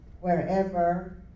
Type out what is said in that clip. wherever